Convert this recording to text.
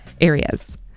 areas